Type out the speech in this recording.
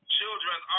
children